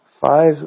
Five